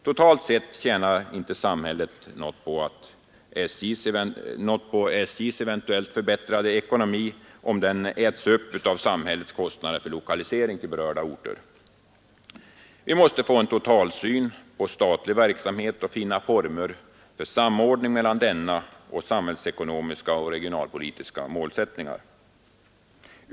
Totalt sett tjänar inte samhället något på SJ:s eventuellt förbättrade ekonomi, om den äts upp av samhällets kostnader för lokalisering till berörda orter. Vi måste få en totalsyn på statlig verksamhet och finna former för samordning mellan denna och samhällsekonomiska och regionalpolitiska målsättningar.